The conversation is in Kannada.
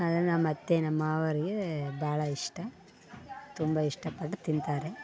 ಅದು ನಮ್ಮಅತ್ತೆ ನಮ್ಮ ಮಾವಾರಿಗೆ ಭಾಳ ಇಷ್ಟ ತುಂಬ ಇಷ್ಟ ಪಟ್ಟು ತಿಂತಾರೆ